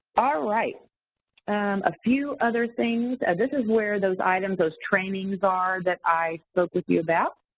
alright a few other things, and this is where those items, those trainings are that i spoke with you about.